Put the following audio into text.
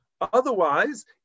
Otherwise